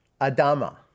Adama